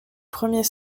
premiers